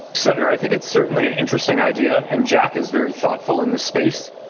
senator, i think it's certainly an interesting idea, and jack is very thoughtful in this space.